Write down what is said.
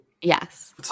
Yes